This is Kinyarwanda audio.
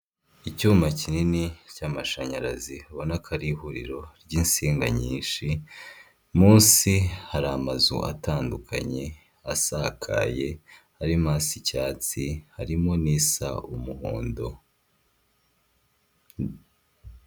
Icyuma kinini cy'amashanyarazi ubona ko ari ihuriro ry'insinga nyinshi munsi hari amazu atandukanye asakaye harimo asa icyatsi harimo n'isa umuhondo.